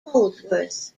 holdsworth